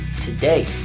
today